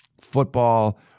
football